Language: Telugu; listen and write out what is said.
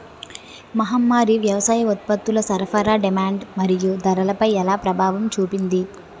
మహమ్మారి వ్యవసాయ ఉత్పత్తుల సరఫరా డిమాండ్ మరియు ధరలపై ఎలా ప్రభావం చూపింది?